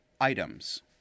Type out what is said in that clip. items